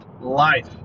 Life